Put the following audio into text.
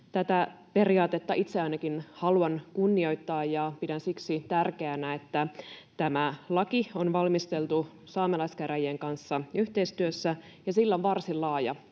Tätä periaatetta itse ainakin haluan kunnioittaa ja pidän siksi tärkeänä, että tämä laki on valmisteltu saamelaiskäräjien kanssa yhteistyössä ja sillä on varsin laaja